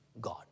God